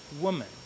woman